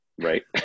right